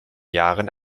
jahren